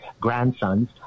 grandsons